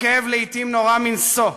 הכאב לעתים נורא מנשוא,